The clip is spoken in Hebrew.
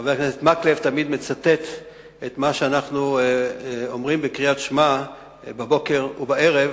חבר הכנסת מקלב תמיד מצטט את מה שאנחנו אומרים בקריאת שמע בבוקר ובערב: